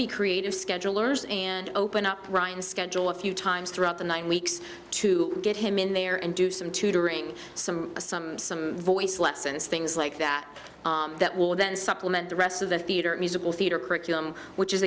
be creative schedulers and open up ryan's schedule a few times throughout the nine weeks to get him in there and do some tutoring some some some voice lessons things like that that will then supplement the rest of the theater musical theater curriculum which is